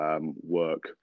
work